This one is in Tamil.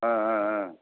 ஆ ஆ ஆ